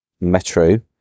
Metro